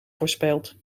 voorspeld